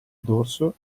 dorso